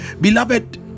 beloved